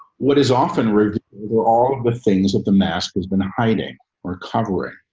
what is often rude or all the things that the mask has been hiding or covering,